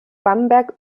bamberg